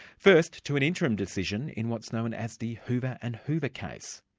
first to an interim decision in what's known as the hoover and hoover case.